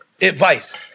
advice